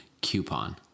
coupon